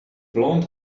blond